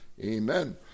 amen